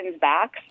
backs